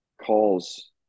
calls